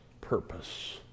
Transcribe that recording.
purpose